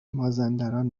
مازندران